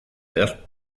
behar